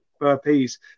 burpees